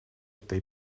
этой